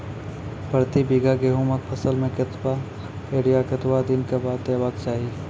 प्रति बीघा गेहूँमक फसल मे कतबा यूरिया कतवा दिनऽक बाद देवाक चाही?